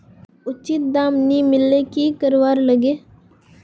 उचित दाम नि मिलले की करवार लगे?